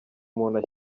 umuntu